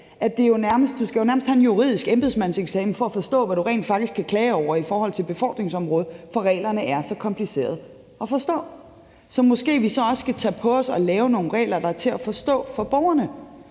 at du nærmest skal have en juridisk embedseksamen for at forstå, hvad du rent faktisk kan klage over på befordringsområdet, fordi reglerne er så kompliceret at forstå. Så måske skal vi også tage på os at lave nogle regler, der er til at forstå for borgerne.